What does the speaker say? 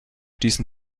diesen